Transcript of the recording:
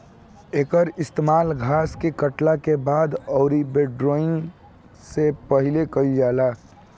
एकर इस्तेमाल घास के काटला के बाद अउरी विंड्रोइंग से पहिले कईल जाला